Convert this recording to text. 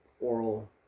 oral